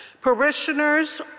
Parishioners